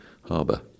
harbour